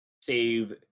save